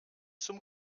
zum